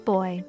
Boy